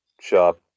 shop